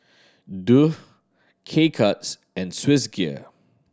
Doux K Cuts and Swissgear